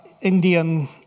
Indian